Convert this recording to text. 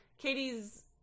Katie's